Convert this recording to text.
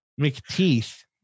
McTeeth